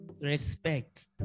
respect